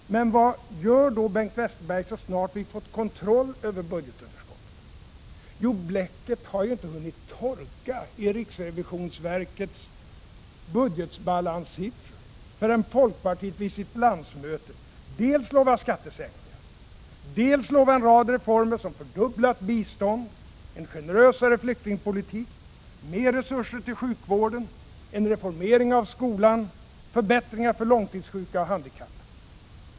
Men vad gör då Bengt Westerberg, så snart vi fått kontroll över budgetunderskottet? Jo, bläcket har inte hunnit torka i riksrevisionsverkets budgetbalanssiffror, förrän folkpartiet vid sitt landsmöte dels lovar skattesänkningar, dels lovar en rad reformer, som fördubblat bistånd, en generösare flyktingpolitik, mer resurser till sjukvården, en reformering av skolan, förbättringar för långtidssjuka och handikappade.